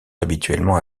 habituellement